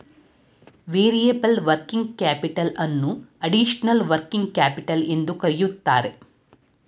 variable working capital ಅನ್ನೋ additional working capital ಎಂದು ಕರಿತರೆ